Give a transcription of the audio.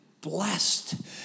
blessed